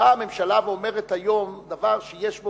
באה הממשלה ואומרת היום דבר שיש בו,